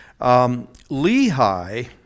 Lehi